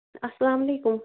السلامُ علیکُم